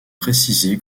précisé